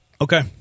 Okay